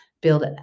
build